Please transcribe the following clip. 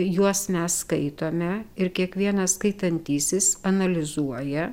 juos mes skaitome ir kiekvienas skaitantysis analizuoja